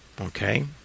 okay